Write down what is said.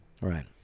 Right